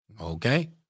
Okay